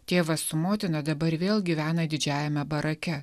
tėvas su motina dabar vėl gyvena didžiajame barake